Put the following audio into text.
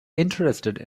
interested